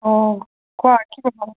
অঁ কোৱা কি